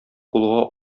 кулга